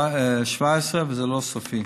17, וזה לא סופי.